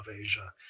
Asia